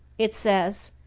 it says,